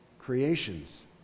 creations